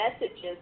messages